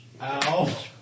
Ow